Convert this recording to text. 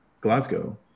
Glasgow